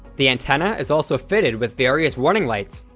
the antenna is also fitted with various warning lights,